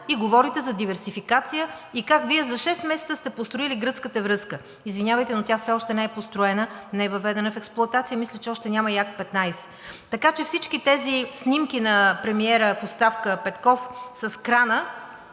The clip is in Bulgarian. говорите за диверсификация и как за шест месеца Вие сте построили гръцката връзка. Извинявайте, но тя все още не е построена, не е въведена в експлоатация и мисля, че все още няма и Акт 15. Така че всичките тези снимки на премиера в оставка Петков с крана